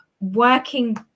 working